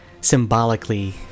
symbolically